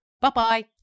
Bye-bye